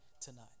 tonight